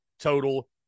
total